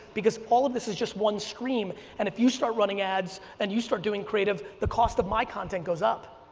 because all of this is just one stream, and if you start running ads and you start doing creative, the cost of my content goes up.